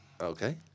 Okay